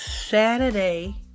Saturday